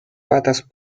patas